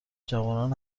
جوانان